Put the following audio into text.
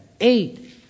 eight